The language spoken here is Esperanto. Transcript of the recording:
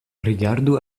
rigardu